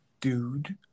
dude